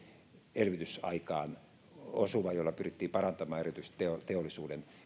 elvytysaikaan osuva ja sillä pyrittiin parantamaan erityisesti teollisuuden